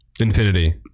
infinity